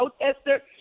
protester